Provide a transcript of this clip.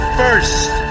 first